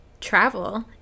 travel